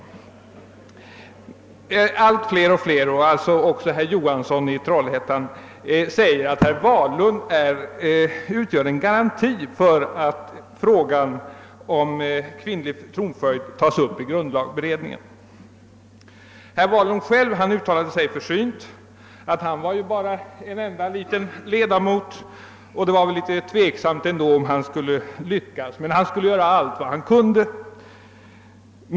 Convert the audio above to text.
Allt fler och fler — också herr Johansson — säger att herr Wahlund utgör en garanti för att frågan om kvinnlig tronföljd tas upp i grundlagberedningen. Herr Wahlund själv uttalade sig mera försynt genom att säga att han bara är en enda ledamot och att det därför var tveksamt om han skulle lyckas men han skulle göra allt vad han kan.